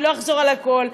לא אחזור על הכול.